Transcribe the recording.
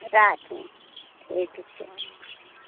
राखथुन ठीक छै